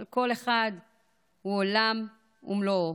אבל כל אחד הוא עולם ומלואו.